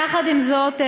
יחד עם זאת,